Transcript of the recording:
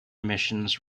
missions